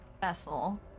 vessel